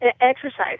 exercise